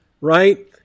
right